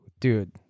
Dude